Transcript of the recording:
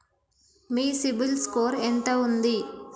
మీ CIBIL score ఎంత ఉంది?